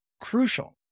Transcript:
crucial